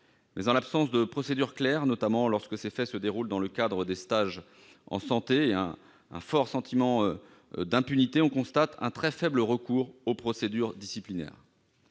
en l'absence de procédure claire, notamment lorsque ces faits se déroulent dans le cadre des stages en santé, et en raison d'un fort sentiment d'impunité, on constate un très faible recours aux procédures disciplinaires.